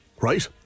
right